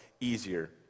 easier